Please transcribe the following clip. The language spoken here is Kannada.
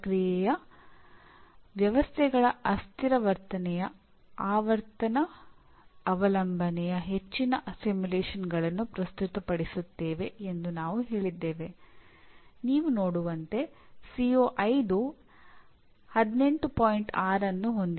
ನಿಮ್ಮ ಸ್ವಂತ ಪದವಿಪೂರ್ವ ಕಾರ್ಯಕ್ರಮದ ಪರಿಣಾಮಗಳ ಎರಡು ಉದಾಹರಣೆಗಳನ್ನು ನೀಡಿ ಮತ್ತು ಪರಿಣಾಮದ ವೈಶಿಷ್ಟ್ಯಗಳಿಗೆ ಗಮನ ಕೊಡಿ